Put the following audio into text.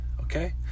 okay